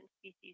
species